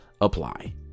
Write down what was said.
Apply